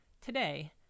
Today